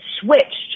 switched